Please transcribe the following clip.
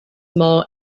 more